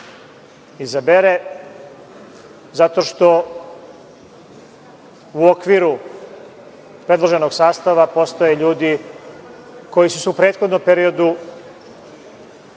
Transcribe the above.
izabere zato što u okviru predloženog sastava postoje ljudi koji su se u prethodnom periodu